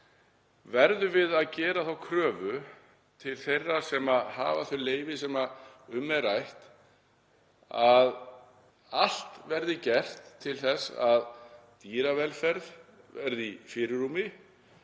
verðum við að gera þá kröfu til þeirra sem hafa þau leyfi sem um er rætt að allt verði gert til þess að dýravelferð verði í fyrirrúmi.